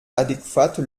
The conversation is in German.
adäquate